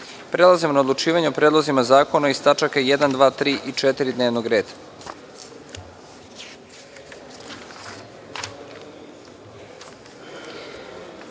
Čomić. Prelazimo na odlučivanje o predlozima zakona iz tačka 1, 2, 3. i 4. dnevnog reda. Pošto